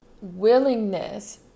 willingness